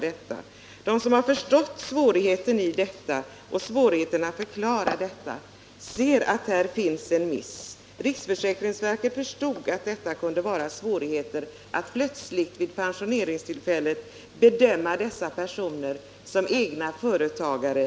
De som har insett systemets problem och svårigheten att förklara det förstår att det här har gjorts en miss. Riksförsäkringsverket förstod att det kunde medföra svårigheter att plötsligt vid pensioneringstillfället bedöma dessa personer som egenföretagare.